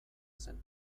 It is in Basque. zen